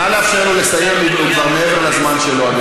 נא לאפשר לו לסיים, הוא כבר מעבר לזמן שלו.